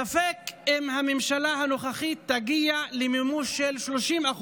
ספק אם הממשלה הנוכחית תגיע למימוש של 30%